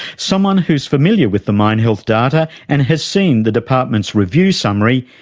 someone who's familiar with the mine health data and has seen the department's review summary,